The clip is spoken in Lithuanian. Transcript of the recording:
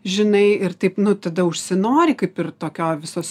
žinai ir taip nu tada užsinori kaip ir tokio visos